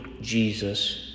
Jesus